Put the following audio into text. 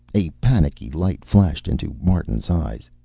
a panicky light flashed into martin's eyes.